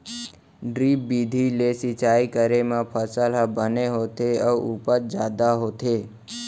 drip बिधि ले सिंचई करे म फसल ह बने होथे अउ उपज जादा होथे